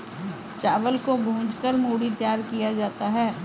चावल को भूंज कर मूढ़ी तैयार किया जाता है